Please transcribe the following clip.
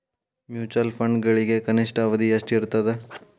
mutual ಫಂಡ್ಗಳಿಗೆ ಕನಿಷ್ಠ ಅವಧಿ ಎಷ್ಟಿರತದ